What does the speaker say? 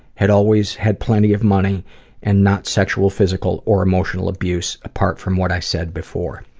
had always had plenty of money and not sexual, physical or emotional abuse apart from what i said before.